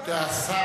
השר,